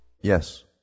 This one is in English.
Yes